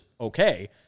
okay